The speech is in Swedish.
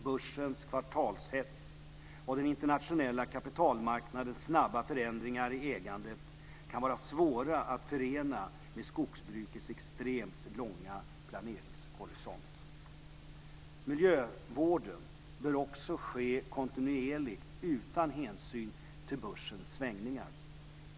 Börsens kvartalshets och den internationella kapitalmarknadens snabba förändringar i ägandet kan vara svåra att förena med skogsbrukets extremt långa planeringshorisont. Miljövården bör också ske kontinuerligt, utan hänsyn till börsens svängningar.